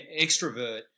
extrovert